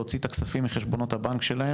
להוציא את הכספים מחשבונות הבנק שלהם,